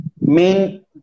main